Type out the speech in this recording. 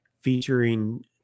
featuring